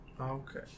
Okay